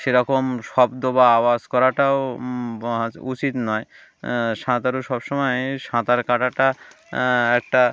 সেরকম শব্দ বা আওয়াজ করাটাও উচিত নয় সাঁতারও সব সমময় সাঁতার কাটাটা একটা